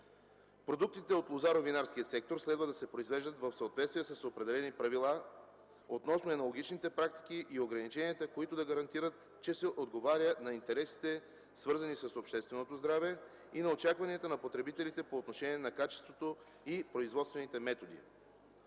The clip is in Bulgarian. Продуктите от лозаро-винарския сектор следва да се произвеждат в съответствие с определени правила относно аналогичните практики и ограниченията, които да гарантират, че се отговаря на интересите, свързани с общественото здраве и на очакванията на потребителите по отношение на качеството и производствените методи.